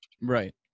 Right